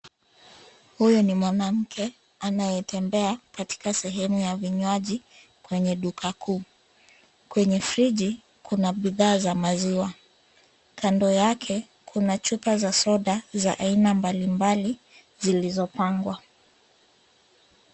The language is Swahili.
Huyo ni mwanamke, anayetembea katika sehemu ya vinywaji kwenye duka kuu. Kwenye friji, kuna bidhaa za maziwa. Kando yake kuna chupa za soda za aina mbalimbali zilizopangwa.